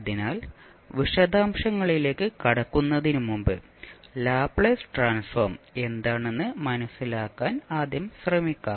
അതിനാൽ വിശദാംശങ്ങളിലേക്ക് കടക്കുന്നതിന് മുമ്പ് ലാപ്ലേസ് ട്രാൻസ്ഫോം എന്താണെന്ന് മനസിലാക്കാൻ ആദ്യം ശ്രമിക്കാം